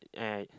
and